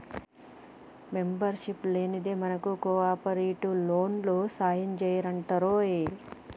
membership లేందే మనకు కోఆపరేటివోల్లు సాయంజెయ్యరటరోయ్